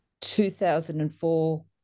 2004